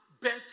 better